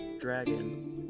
dragon